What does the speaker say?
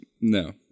no